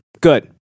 good